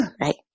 Right